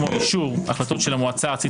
כדוגמת אישור החלטות של המועצה הארצית